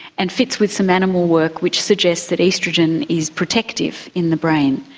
and fits with some animal work which suggests that oestrogen is protective in the brain.